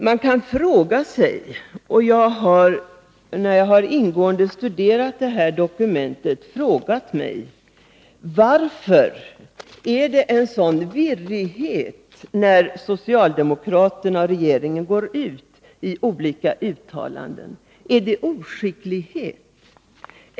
Jag har, sedan jag ingående studerat det föreliggande dokumentet, frågat mig varför det är en sådan virrighet när socialdemokraterna och regeringen går ut och gör olika uttalanden. Är det oskicklighet?